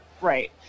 Right